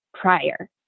prior